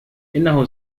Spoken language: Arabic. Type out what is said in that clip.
إنه